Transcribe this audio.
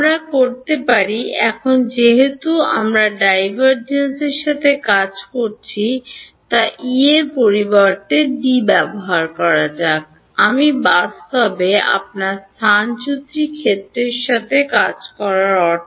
আমরা করতে পারা এখন যেহেতু আমরা ডাইভারজেন্সের সাথে কাজ করছি তা E এর পরিবর্তে ডি ব্যবহার করা যাক আমি বাস্তবে আপনার স্থানচ্যুতি ক্ষেত্রের সাথে কাজ করার অর্থ